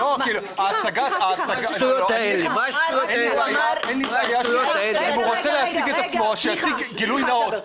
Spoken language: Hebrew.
סליחה --- אם הוא רוצה להציג את עצמו שיציג בגילוי נאות.